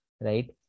right